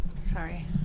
sorry